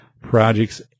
Projects